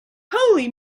holy